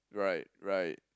right right